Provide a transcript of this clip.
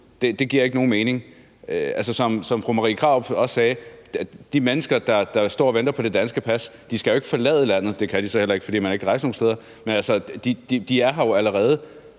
tid, giver ikke nogen mening. Som fru Marie Krarup også sagde, så skal de mennesker, der står og venter på det danske pas, jo ikke forlade landet – og det kan de så heller ikke, fordi man ikke kan rejse nogen steder. De er her jo allerede,